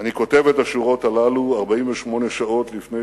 "אני כותב את השורות הללו 48 שעות לפני